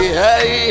hey